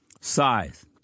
Size